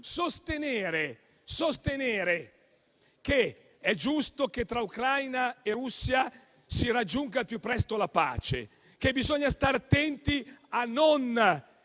sostiene che è giusto che tra Ucraina e Russia si raggiunga al più presto la pace e che bisogna stare attenti a